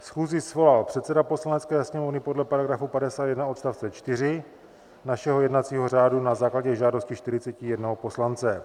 Schůzi svolal předseda Poslanecké sněmovny podle § 51 odst. 4 našeho jednacího řádu na základě žádosti 41 poslanců.